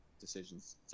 Decisions